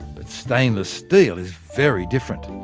but stainless steel is very different.